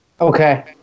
Okay